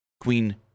Queen